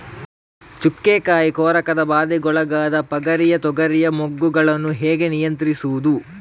ಚುಕ್ಕೆ ಕಾಯಿ ಕೊರಕದ ಬಾಧೆಗೊಳಗಾದ ಪಗರಿಯ ತೊಗರಿಯ ಮೊಗ್ಗುಗಳನ್ನು ಹೇಗೆ ನಿಯಂತ್ರಿಸುವುದು?